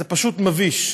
זה פשוט מביש.